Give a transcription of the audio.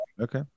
Okay